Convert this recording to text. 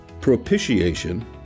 propitiation